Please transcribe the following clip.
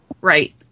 Right